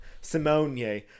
Simone